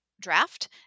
draft